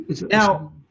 now